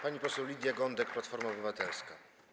Pani poseł Lidia Gądek, Platforma Obywatelska.